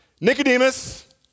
Nicodemus